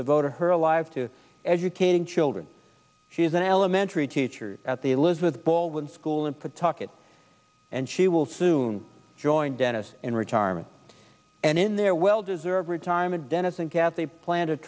devoted her alive to educating children is an elementary teacher at the elizabeth baldwin school and to talk it and she will soon join dennis in retirement and in their well deserved retirement dennis and kathy plan to